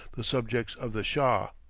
the subjects of the shah.